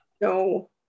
no